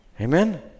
Amen